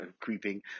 creeping